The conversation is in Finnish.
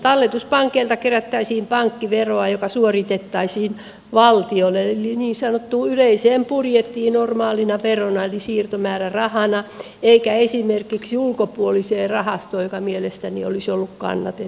talletuspankeilta kerättäisiin pankkiveroa joka suoritettaisiin valtiolle eli niin sanottuun yleiseen budjettiin normaalina verona eli siirtomäärärahana eikä esimerkiksi ulkopuoliseen rahastoon mikä mielestäni olisi ollut kannatettavampaa